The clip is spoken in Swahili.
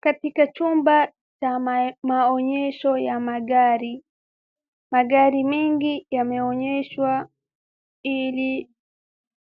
Katika chumba cha maonyesho ya magari. Magari mingi yameonyeshwa ili